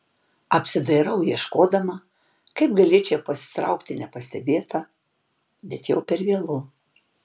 apsidairau ieškodama kaip galėčiau pasitraukti nepastebėta bet jau per vėlu